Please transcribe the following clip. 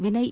Vinay